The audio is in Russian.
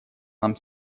нам